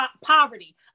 poverty